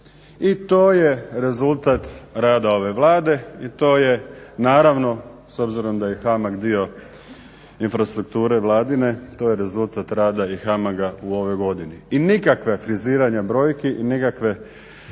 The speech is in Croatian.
I to je rezultat rada ove Vlade i to je naravno s obzirom da je i HAMAG dio infrastrukture Vladine to je rezultat rada i HAMAG-a u ovoj godini. I nikakva friziranja brojki i nikakva